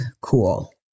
cool